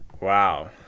Wow